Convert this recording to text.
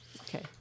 Okay